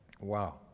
Wow